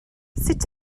sut